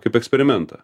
kaip eksperimentą